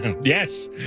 yes